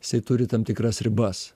jisai turi tam tikras ribas